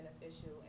beneficial